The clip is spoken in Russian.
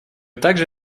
также